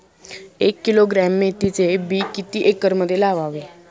एक किलोग्रॅम मेथीचे बी किती एकरमध्ये लावावे?